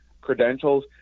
credentials